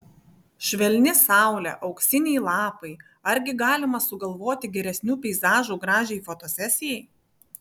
švelni saulė auksiniai lapai argi galima sugalvoti geresnių peizažų gražiai fotosesijai